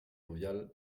fluvials